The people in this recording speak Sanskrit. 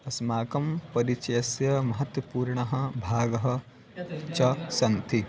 अस्माकं परिचयस्य महत्त्वपूर्णः भागः च सन्ति